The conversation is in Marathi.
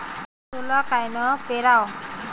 सोला कायनं पेराव?